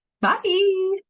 Bye